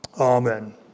Amen